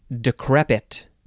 decrepit